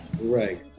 Right